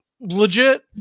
legit